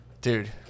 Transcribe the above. Dude